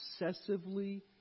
obsessively